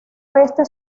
oeste